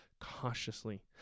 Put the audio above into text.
cautiously